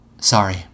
Sorry